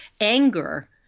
anger